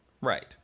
Right